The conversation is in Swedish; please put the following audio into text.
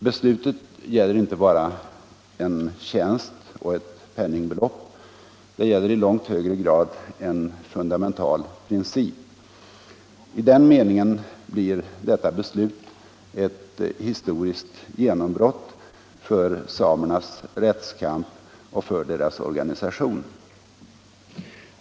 Beslutet gäller inte bara en tjänst och ett penningbelopp. Det gäller i långt högre grad en fundamental princip. I den meningen blir detta beslut ett historiskt genombrott för samernas rättskamp och för deras organisation.